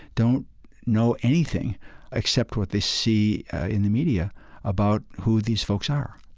don't know anything except what they see in the media about who these folks are.